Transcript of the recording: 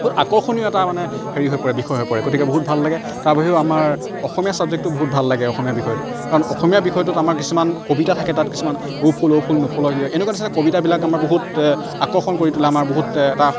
বহুত আকৰ্ষণীয় এটা মানে হেৰি হৈ পৰে বিষয় হৈ পৰে গতিকে বহুত ভাল লাগে তাৰ বাহিৰেও আমাৰ অসমীয়া চাবজেক্টটো বহুত ভাল লাগে অসমীয়া বিষয়টো কাৰণ অসমীয়া বিষয়টোত আমাৰ কিছুমান কবিতা থাকে তাত কিছুমান অ' ফুল অ' ফুল নুফুল কিয় এনেকুৱা নিচিনা কবিতাবিলাক আমাৰ বহুত আকৰ্ষণ কৰি তোলে আমাৰ বহুত এটা